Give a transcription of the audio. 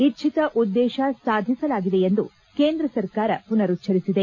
ಇಚ್ಲಿತ ಉದ್ದೇಶ ಸಾಧಿಸಲಾಗಿದೆ ಎಂದು ಕೇಂದ್ರ ಸರ್ಕಾರ ಪುನರುಚ್ಲರಿಸಿದೆ